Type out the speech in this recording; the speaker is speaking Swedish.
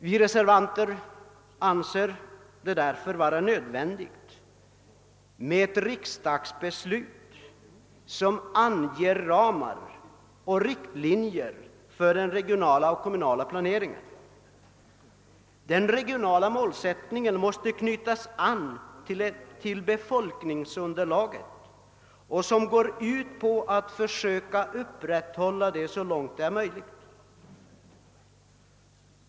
Vi reservanter anser det vara nödvändigt med ett riksdagsbeslut som anger ramar och riktlinjerna för den regionala och kommunala planeringen. Den regionala målsättningen måste knytas an till befolkningsunderlaget och gå ut på att försöka upprätthålla det så långt det är möjligt.